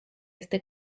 este